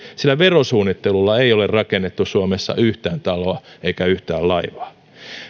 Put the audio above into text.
sillä verosuunnittelulla ei ole rakennettu suomessa yhtään taloa eikä yhtään laivaa